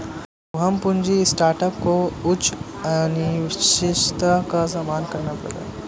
उद्यम पूंजी स्टार्टअप को उच्च अनिश्चितता का सामना करना पड़ता है